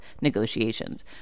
negotiations